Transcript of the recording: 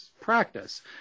practice